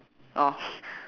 orh